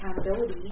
accountability